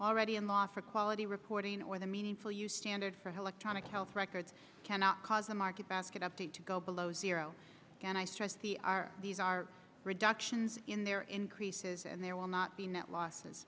already in law for quality reporting or the meaningful use standard for hillock tonic health records cannot cause a market basket update to go below zero and i stress the are these are reductions in their increases and there will not be net losses